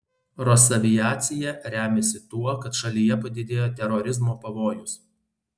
rosaviacija remiasi tuo kad šalyje padidėjo terorizmo pavojus